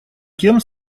тем